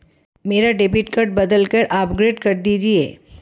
मेरा debit card बदलकर upgrade कर दीजिए